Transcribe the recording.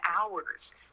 hours